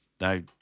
no